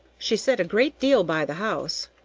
she set a great deal by the house,